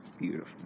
Beautiful